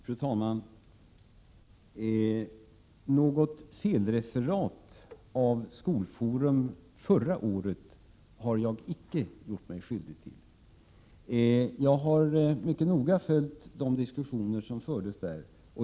Fru talman! Något felreferat av Skolforum från förra året har jag icke gjort mig skyldig till. Jag har mycket noga följt de diskussioner som fördes där.